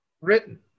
written